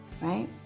right